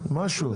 כן, משהו.